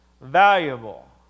valuable